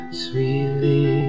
sweetly